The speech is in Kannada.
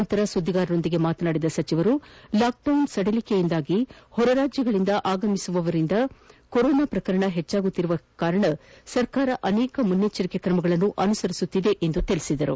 ಬಳಿಕ ಸುದ್ದಿಗಾರರೊಂದಿಗೆ ಮಾತನಾಡಿದ ಸಚಿವರು ಲಾಕ್ ಡೌನ್ ಸಡಿಲಿಕೆಯಿಂದಾಗಿ ಹೊರರಾಜ್ಯಗಳಿಂದ ಆಗಮಿಸುವವರಿಂದ ಕೊರೋನಾ ಪ್ರಕರಣ ಹೆಚ್ಚಾಗುತ್ತಿರುವ ಹಿನ್ನಲೆಯಲ್ಲಿ ಸರ್ಕಾರ ಅನೇಕ ಮುಂಜಾಗ್ರತಾ ಕ್ರಮಗಳನ್ನು ಅನುಸರಿಸುತ್ತಿದೆ ಎಂದು ಹೇಳಿದರು